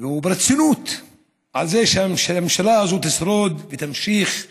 וברצינות על זה שהממשלה הזאת תשרוד ותמשיך להתקיים,